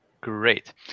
great